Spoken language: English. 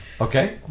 Okay